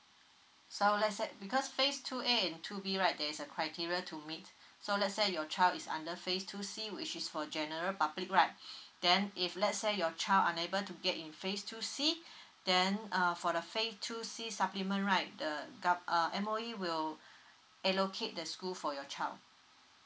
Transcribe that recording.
so let's say because phase two a and two b right there is a criteria to meet so let's say your child is under phase two c which is for general public right then if let's say your child unable to get in phase two c then uh for the phase two c supplement right the government M_O_E will allocate the school for your child